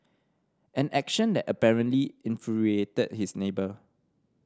an action that apparently infuriated his neighbour